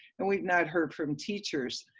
and we've not heard from teachers.